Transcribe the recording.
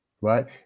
right